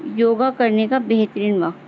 یوگا کرنے کا بہترین واقت